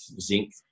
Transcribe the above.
zinc